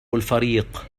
الفريق